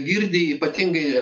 girdi ypatingai